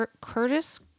Curtis